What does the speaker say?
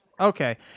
Okay